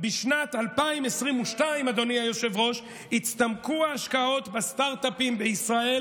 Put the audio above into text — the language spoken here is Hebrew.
בשנת 2022 הצטמקו ההשקעות בסטרטאפים בישראל